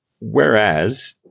Whereas